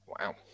Wow